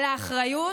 על האחריות,